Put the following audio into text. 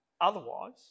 Otherwise